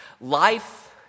Life